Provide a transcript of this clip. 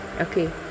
okay